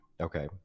okay